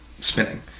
spinning